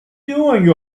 doing